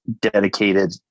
dedicated